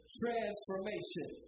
transformation